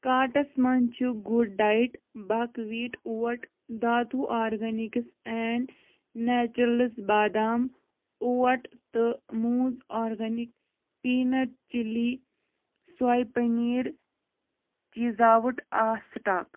کاٹس مَنٛز چھِ Good Diet buckwheat out Dhatu organics and naturals badam out تہٕ Mooz organic peanut chilli soy paneer cheese out of stock